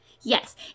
Yes